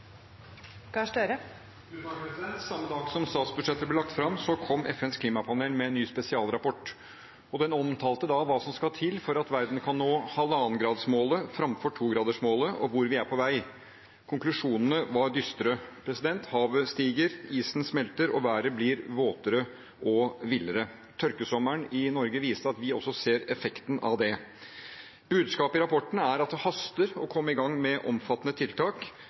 Samme dag som statsbudsjettet ble lagt fram, kom FNs klimapanel med en ny spesialrapport. Den omtalte hva som skal til for at verden kan nå 1,5-gradersmålet framfor 2-gradersmålet, og hvor vi er på vei. Konklusjonene var dystre; havet stiger, isen smelter, og været blir våtere og villere. Tørkesommeren i Norge viste at vi også ser effekten av det. Budskapet i rapporten er at det haster med å komme i gang med omfattende tiltak.